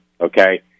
Okay